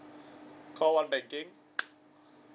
call one banking